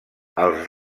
els